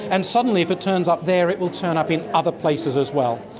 and suddenly if it turns up there it will turn up in other places as well.